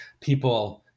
people